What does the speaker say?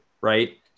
right